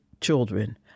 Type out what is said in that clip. children